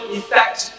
effect